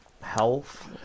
health